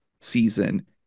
season